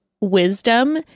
wisdom